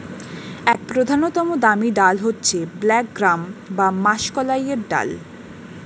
এক প্রধানতম দামি ডাল হচ্ছে ব্ল্যাক গ্রাম বা মাষকলাইয়ের ডাল